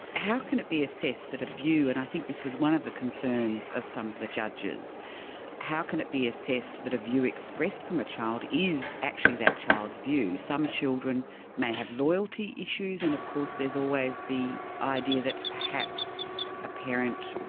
how can it be assessed that a view and i think this was one of the concerns of some of the judges how can it be assessed that a view expressed from a child is actually that child's view? some children may have loyalty issues, and of course there's always the idea that perhaps a parent,